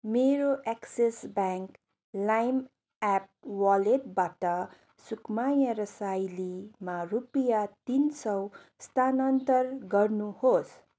मेरो Axis bank Lime app वलेटबाट सुकुमाया रसाइलीमा रुपियाँ तिन सौ स्थानान्तरण गर्नुहोस्